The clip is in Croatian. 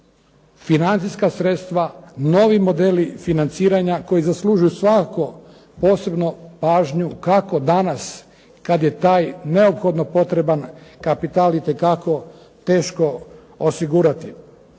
financijska sredstva, novi modeli financiranja koji zaslužuju svakako posebno pažnju kako danas kad je taj neophodno potreban kapital itekako teško osigurati.